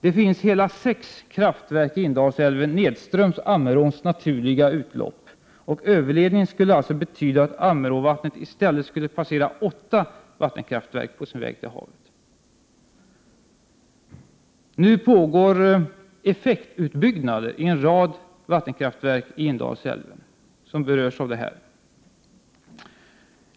Det finns hela sex kraftverk i Indalsälven nedströms Ammeråns naturliga utlopp, och överledningen skulle alltså betyda att Ammeråvattnet i stället skulle passera åtta vattenkraftverk på sin väg till havet. Nu pågår effektutbyggnad i en rad vattenkraftverk i Indalsälven som berörs av detta ärende.